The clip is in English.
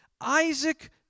Isaac